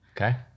okay